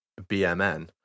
BMN